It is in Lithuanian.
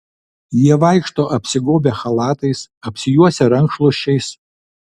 jie vaikšto apsigobę chalatais apsijuosę rankšluosčiais